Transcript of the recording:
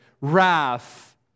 wrath